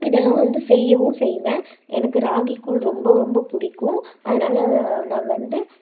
இதெல்லாம் வந்து செய்யவும் செய்வேன் எனக்கு ராகிகூழ் ரொம்ப ரொம்ப பிடிக்கும் அதனால் நான் வந்து